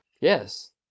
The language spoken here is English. Yes